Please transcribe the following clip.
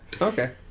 Okay